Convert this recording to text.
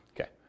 Okay